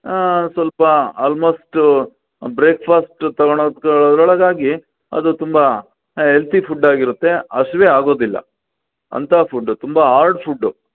ಸ್ವಲ್ಪ almost breakfast ತಗೊಳೋಕ್ಕೆ ಒಳ್ ಒಳಗಾಗಿ ಅದು ತುಂಬಾ ಎಲ್ತಿ ಫುಡ್ ಆಗಿರುತ್ತೆ ಹಶ್ವೇ ಆಗೊದಿಲ್ಲ ಅಂಥಾ ಫುಡ್ಡು ತುಂಬ ಆಡ್ ಫುಡ್ದು